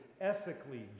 ethically